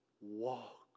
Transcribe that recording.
Walk